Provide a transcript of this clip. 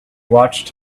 watched